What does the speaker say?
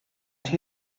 and